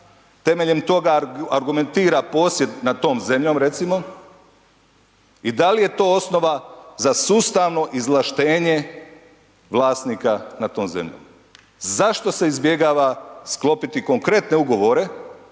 temeljem toga argumentira posjed nad tom zemljom, recimo, i da li je to osnova za sustavno izvlaštenje vlasnika nad tom zemljom. Zašto se izbjegava sklopiti konkretne ugovore,